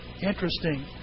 interesting